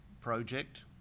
project